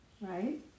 right